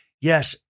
Yes